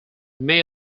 may